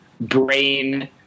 brain